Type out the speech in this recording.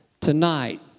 Tonight